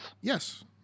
yes